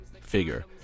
figure